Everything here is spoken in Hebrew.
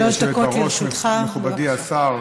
היושבת-ראש, מכובדי השר,